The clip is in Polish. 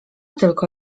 tylko